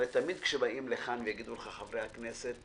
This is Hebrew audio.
הרי תמיד כשבאים לכאן ויגידו לך חברי הכנסת,